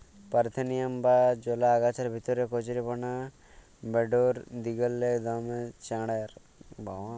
parthenium বা জলা আগাছার ভিতরে কচুরিপানা বাঢ়্যের দিগেল্লে দমে চাঁড়ের